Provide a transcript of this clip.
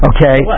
Okay